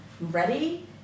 ready